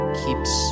keeps